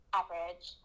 average